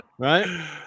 Right